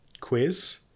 quiz